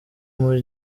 muri